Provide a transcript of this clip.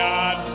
God